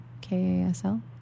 K-A-S-L